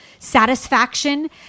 satisfaction